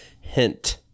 Hint